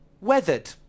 Weathered